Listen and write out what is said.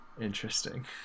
interesting